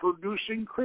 producing